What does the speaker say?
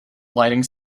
lighting